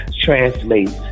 translates